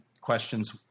questions